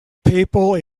people